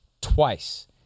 Twice